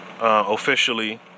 officially